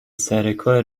سرکار